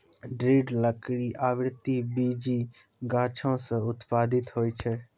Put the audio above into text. दृढ़ लकड़ी आवृति बीजी गाछो सें उत्पादित होय छै?